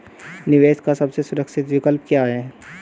निवेश का सबसे सुरक्षित विकल्प क्या है?